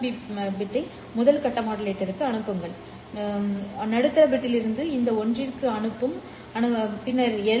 B பிட்டை முதல் கட்ட மாடுலேட்டருக்கு அனுப்புங்கள் நடுத்தர பிட்டிலிருந்து இந்த ஒன்றிற்கு அனுப்பவும் பின்னர் எல்